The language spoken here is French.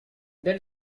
belle